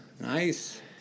Nice